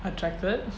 attracted